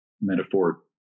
metaphor